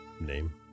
Name